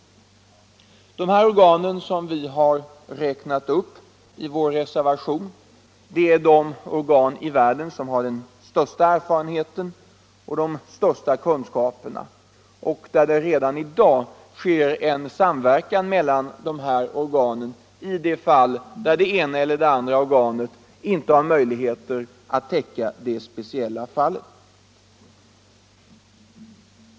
De organ som vi har räknat upp i vår reservation är de organ i världen som har den största erfarenheten och de största kunskaperna och där det redan i dag finns en samverkan mellan organen i de fall det ena eller det andra organet inte kan täcka det speciella fallet.